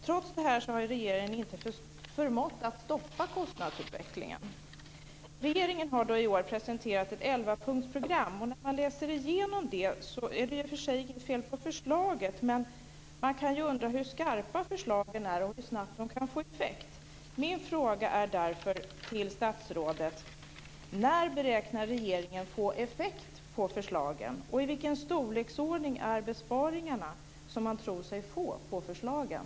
Trots detta har regeringen inte förmått att stoppa kostnadsutvecklingen. Regeringen har i år presenterat ett elvapunktsprogram. Det är i och för sig inget fel på förslagen, men man kan ju undra hur skarpa förslagen är och hur snabbt de kan få effekt. Min fråga till statsrådet är därför: När beräknar regeringen att det blir någon effekt av förslagen, och i vilken storleksordning är de besparingar som man tror sig få med förslagen?